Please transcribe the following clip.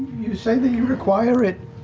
you say that you require it.